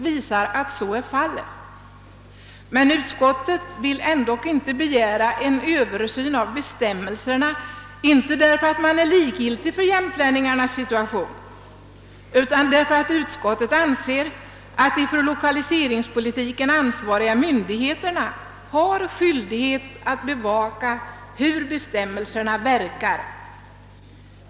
Utskottsmajoriteten vill ändock inte begära en översyn av bestämmelserna — inte därför att den är likgiltig för jämtlänningarnas situation utan därför att den anser att de för 1o kaliseringspolitiken ansvariga myndigheterna har: skyldighet att bevaka hur bestämmelserna verkar.